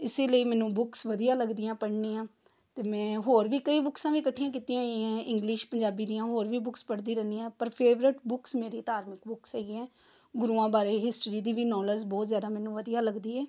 ਇਸੀ ਲਈ ਮੈਨੂੰ ਬੁੱਕਸ ਵਧੀਆ ਲੱਗਦੀਆਂ ਪੜ੍ਹਨੀਆਂ ਅਤੇ ਮੈਂ ਹੋਰ ਵੀ ਕਈ ਬੁੱਕਸਾਂ ਵੀ ਇਕੱਠੀਆਂ ਕੀਤੀਆਂ ਹੋਈਆਂ ਇੰਗਲਿਸ਼ ਪੰਜਾਬੀ ਦੀਆਂ ਹੋਰ ਵੀ ਬੁੱਕਸ ਪੜ੍ਹਦੀ ਰਹਿੰਦੀ ਹਾਂ ਪਰ ਫੇਵਰੇਟ ਬੁੱਕਸ ਮੇਰੀ ਧਾਰਮਿਕ ਬੁੱਕਸ ਹੈਗੀਆਂ ਗੁਰੂਆਂ ਬਾਰੇ ਹਿਸਟਰੀ ਦੀ ਵੀ ਨੋਲੇਜ ਬਹੁਤ ਜ਼ਿਆਦਾ ਮੈਨੂੰ ਵਧੀਆ ਲੱਗਦੀ ਹੈ